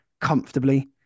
comfortably